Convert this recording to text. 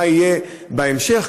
מה יהיה בהמשך,